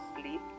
sleep